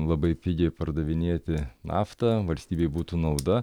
labai pigiai pardavinėti naftą valstybei būtų nauda